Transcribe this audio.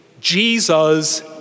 Jesus